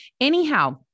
anyhow